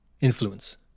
influence